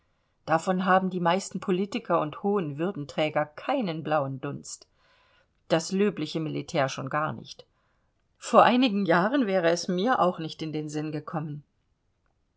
davon haben die meisten politiker und hohen würdenträger keinen blauen dunst das löbliche militär schon gar nicht vor einigen jahren wäre es mir auch nicht in den sinn gekommen